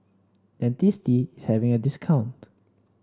Dentiste is having a discount